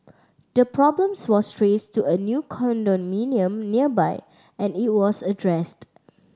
the problems was trace to a new condominium nearby and it was addressed